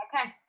okay